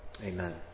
Amen